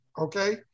Okay